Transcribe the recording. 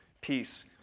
peace